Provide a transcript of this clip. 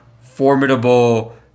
formidable